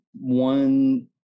One